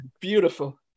beautiful